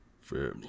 Family